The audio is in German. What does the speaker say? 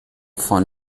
von